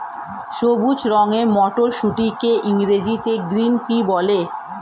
সবুজ রঙের মটরশুঁটিকে ইংরেজিতে গ্রিন পি বলে